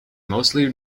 mostly